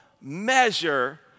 measure